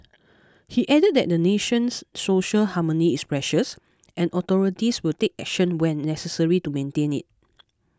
he added that the nation's social harmony is precious and authorities will take action when necessary to maintain it